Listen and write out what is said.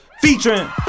featuring